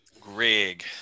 greg